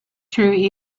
true